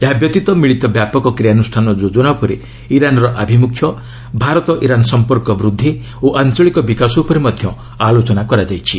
ଏହା ବ୍ୟତୀତ ମିଳିତ ବ୍ୟାପକ କ୍ରିୟାନୁଷ୍ଠାନ ଯୋଜନା ଉପରେ ଇରାନ୍ର ଆଭିମୁଖ୍ୟ ଭାରତ ଇରାନ୍ ସମ୍ପର୍କ ବୃଦ୍ଧି ଓ ଆଞ୍ଚଳିକ ବିକାଶ ଉପରେ ମଧ୍ୟ ଆଲୋଚନା କରାଯାଇଛି